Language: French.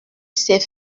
ses